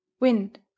wind